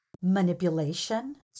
Manipulation